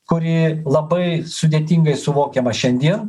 kuri labai sudėtingai suvokiama šiandien